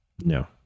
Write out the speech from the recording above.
no